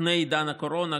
לפני עידן הקורונה,